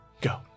Go